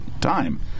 time